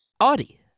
Audi